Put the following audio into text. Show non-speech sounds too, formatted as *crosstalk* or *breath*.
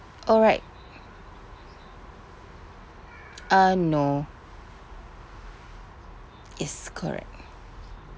alright *breath* *noise* um no yes correct *breath*